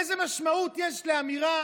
איזו משמעות יש לאמירה